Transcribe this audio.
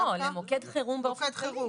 לא, למוקד חירום באופן כללי.